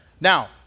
Now